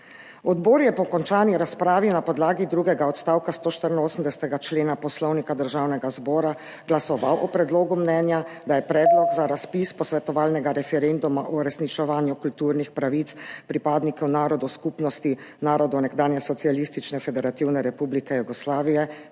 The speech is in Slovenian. Odbor je po končani razpravi na podlagi drugega odstavka 184. člena Poslovnika Državnega zbora glasoval o predlogu mnenja, da je Predlog za razpis posvetovalnega referenduma o Predlogu zakona o uresničevanju kulturnih pravic pripadnikov narodnih skupnosti narodov nekdanje Socialistične federativne republike Jugoslavije